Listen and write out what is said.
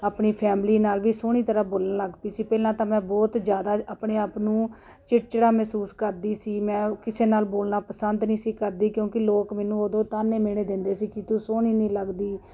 ਆਪਣੀ ਫੈਮਿਲੀ ਨਾਲ ਵੀ ਸੋਹਣੀ ਤਰ੍ਹਾਂ ਬੋਲਣ ਲੱਗ ਪਈ ਸੀ ਪਹਿਲਾਂ ਤਾਂ ਮੈਂ ਬਹੁਤ ਜ਼ਿਆਦਾ ਆਪਣੇ ਆਪ ਨੂੰ ਚਿੜਚਿੜਾ ਮਹਿਸੂਸ ਕਰਦੀ ਸੀ ਮੈਂ ਕਿਸੇ ਨਾਲ ਬੋਲਣਾ ਪਸੰਦ ਨਹੀਂ ਸੀ ਕਰਦੀ ਕਿਉਂਕਿ ਲੋਕ ਮੈਨੂੰ ਉਦੋਂ ਤਾਨੇ ਮੇਣੇ ਦਿੰਦੇ ਸੀ ਕਿ ਤੂੰ ਸੋਹਣੀ ਨਹੀਂ ਲੱਗਦੀ